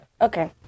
Okay